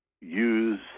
use